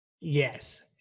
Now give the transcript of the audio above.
Yes